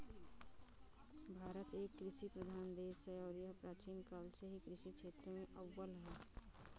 भारत एक कृषि प्रधान देश है और यह प्राचीन काल से ही कृषि क्षेत्र में अव्वल है